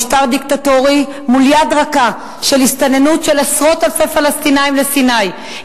משטר דיקטטורי מול יד רכה של הסתננות של עשרות אלפי פלסטינים לסיני,